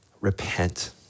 repent